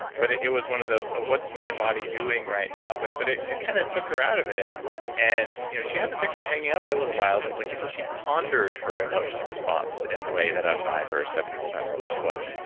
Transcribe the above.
but it it was one of those, oh, what's my body doing right now? but but it it kind of took her out of it and you know she had the picture hanging up for a little while. like like until she pondered her emotional response in the way that a five or a seven-year-old, however old she was,